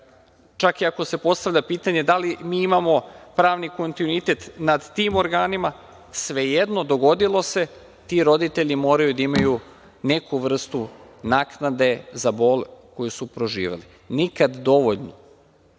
čak i ako se postavlja pitanje da li imamo pravni kontinuitet nad tim organima. Svejedno, dogodilo se, ti roditelji moraju da imaju neku vrstu naknade za bol koji su proživeli. Nikad dovoljno.